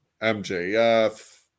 MJF